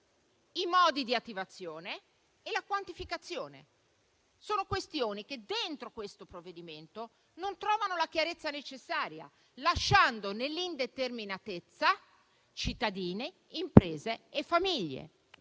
modi di attivazione e sulla quantificazione. Sono questioni che dentro questo provvedimento non trovano la chiarezza necessaria, lasciando nell'indeterminatezza cittadini, imprese e famiglie